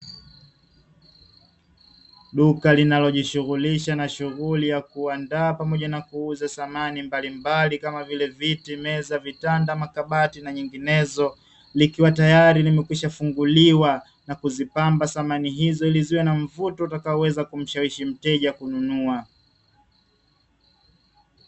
Duka linalo jishughulisha na shughuli ya kuandaa na kuuza samani mbalimbali kama vile viti ,vitanda, meza, makatabti na nyinginezo likiwa teyari limekwishafunguliwa na kuzipamba saman hizo ili kuwa na mvuto utakao mshawishi mteja kununua.